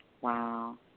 Wow